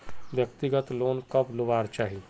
व्यक्तिगत लोन कब लुबार चही?